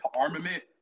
armament